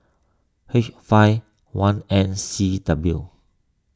H five one N C W